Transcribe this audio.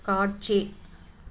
காட்சி